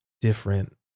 different